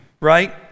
right